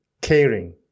caring